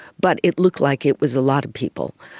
but it looked like it was a lot of people.